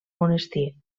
monestir